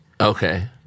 Okay